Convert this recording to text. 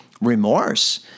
remorse